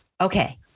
okay